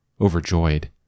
overjoyed